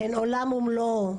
הן עולם ומלואו.